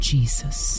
Jesus